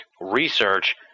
research